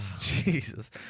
Jesus